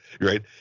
right